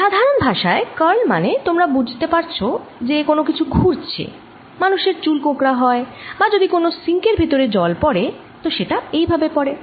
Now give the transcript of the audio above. সাধারণ ভাষায় কার্ল মানে তোমরা বুঝতে পারছো যে কোনো কিছু ঘুরছে মানুষের চুল কোঁকড়া হয় বা যদি কোনো সিঙ্ক এর ভেতরে জল পড়ে তো সেটা এইভাবে পড়ে